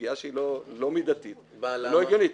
פגיעה שהיא לא מידתית ולא הגיונית.